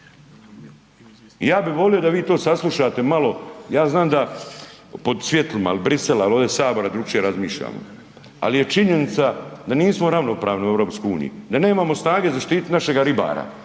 ja bih volio da vi to saslušate malo, ja znam da pod svjetlima ili Brisela ili ovdje Sabora, drukčije razmišljamo. Ali je činjenica da nismo ravnopravni u EU, da nemamo snage zaštiti našega ribara,